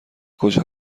کجا